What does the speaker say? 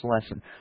lesson